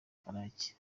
karake